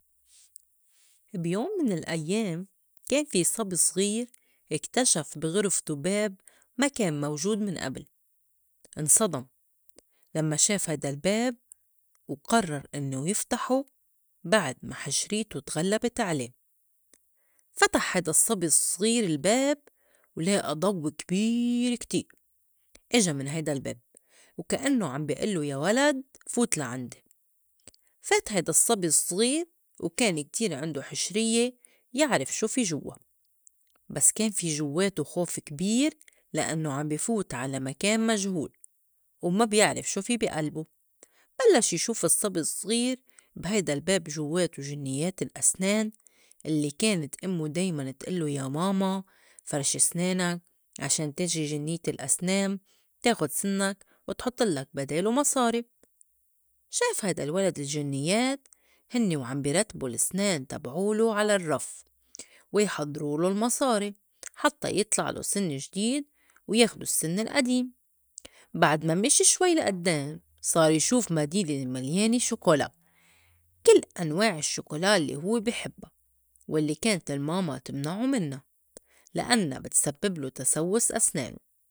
بيوم من الأيام كان في صبي صغير إكتشف بي غِرفتو باب ما كان موجود من أبِل إنصدم! لمّا شاف هيدا الباب وقرّر إنّو يفتحو بعد ما حِشريتو تغلّبت عليه فتح هيدا الصّبي الصغير الباب ولِائا ضو كبير كتير إجا من هيدا الباب وكإنّو عم بي إلّو يا ولد فوت لعِنْدي، فات هيدا الصّبي الصغير وكان كتير عِندو حِشريّة يعرف شو في جوّا بس كان في جوّاتو خوف كبير لإنّو عم بي فوت على مكان مجهول وما بيعرف شو في بي ألبو بلّش يشوف الصّبي الصغير بهيدا الباب جوّاتو جِنيّات الأسنان اللي كانت إمّه دايماً تإلّو يا ماما فرشي سنانك عشان تجي جنيّة الأسنان تاخُد سِنّك وتحُطلّك بديلو مصاري شاف هيدا الولد الجنيّات هنّي وعم بي رتبوا لسنان تبعولو على الرّف ويحضرولو المصاري حتّى يِطْلَعْلو سن جديد وياخدو السّن القديم بعد ما مشي شوي لإدام صار يشوف مدينة مليانه شوكولا كِل أنواع الشّوكولا لّي هوّ بي حِبّا والّي كانت الماما تمنعوا مِنّا لأنّا بتسببلو تسوّس أسنانه.